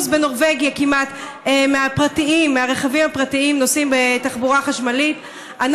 20% מהרכבים הפרטיים בנורבגיה נוסעים בתחבורה חשמלית,